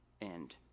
end